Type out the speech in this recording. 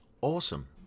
Awesome